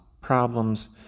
problems